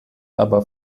aber